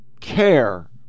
care